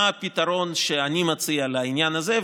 מה הפתרון שאני מציע לעניין הזה?